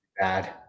bad